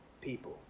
people